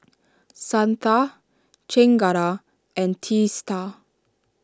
Santha Chengara and Teesta